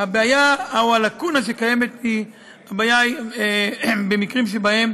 הבעיה או הלקונה שקיימת היא במקרים שבהם